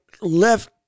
left